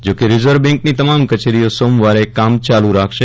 જોકે રીઝર્વ બેન્કની તમામ કચેરીઓ સોમવારે કામ ચાલુ રાખશે